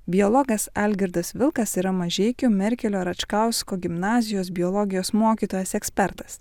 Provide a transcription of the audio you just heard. biologas algirdas vilkas yra mažeikių merkelio račkausko gimnazijos biologijos mokytojas ekspertas